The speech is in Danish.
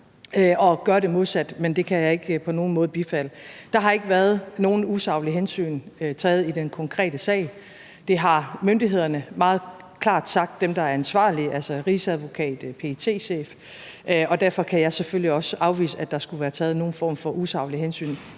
at gøre det modsatte, men det kan jeg ikke på nogen måde bifalde. Der har ikke været taget nogen usaglige hensyn i den konkrete sag. Det har de myndigheder, der er ansvarlige, altså Rigsadvokaten og PET-chefen, meget klart sagt, og derfor kan jeg selvfølgelig også afvise, at der skulle være taget nogen form for usaglige hensyn,